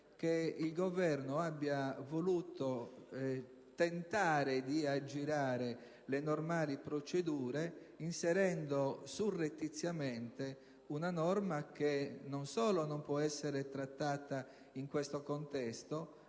che il Governo abbia voluto tentare di aggirare le normali procedure inserendo surrettiziamente una norma che non solo non può essere trattata in questo contesto,